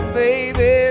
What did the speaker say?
baby